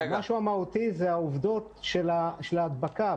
המשהו המהותי זה העובדות על ההדבקה.